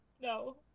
no